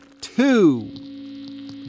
two